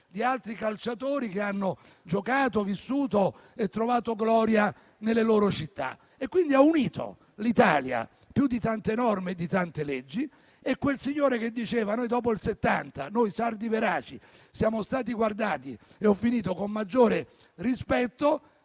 grazie a tutto